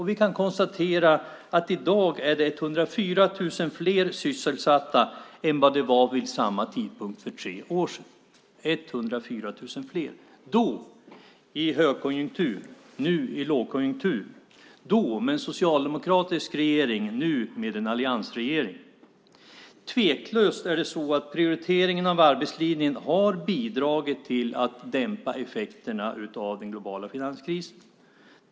Vi kan konstatera att det i dag är 104 000 fler sysselsatta än vad det var vid samma tidpunkt för tre år sedan. Då i högkonjunktur - nu i lågkonjunktur. Då med en socialdemokratisk regering - nu med en alliansregering. Tveklöst har prioriteringen av arbetslinjen bidragit till att dämpa effekterna av den globala finanskrisen.